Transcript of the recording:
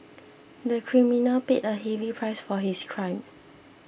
the criminal paid a heavy price for his crime